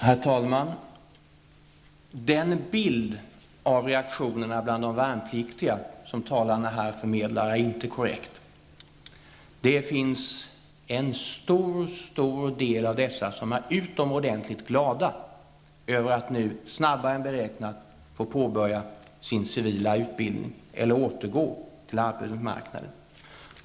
Herr talman! Den bild av reaktionen bland de värnpliktiga som talarna här förmedlar är inte korrekt. En stor del av dessa värnpliktiga är utomordentligt glada över att nu snabbare än beräknat få påbörja sin civila utbildning eller återgå till arbetsmarknaden.